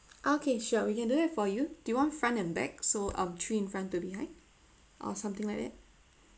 okay sure we can do that for you do you want front and back so um three in front two behind or something like that